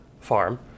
farm